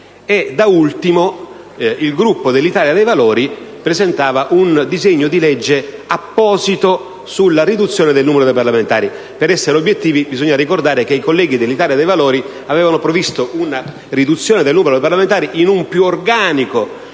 da ultimo, il Gruppo dell'Italia dei Valori ha presentato un apposito disegno di legge sulla riduzione del numero dei parlamentari; per essere obiettivi, ricordo che i senatori del Gruppo dell'Italia dei Valori avevano previsto una riduzione del numero dei parlamentari in un più organico